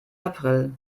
april